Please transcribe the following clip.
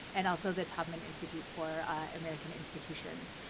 and also the tubman institute for american institutions.